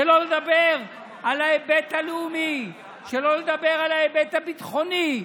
שלא לדבר על ההיבט הלאומי,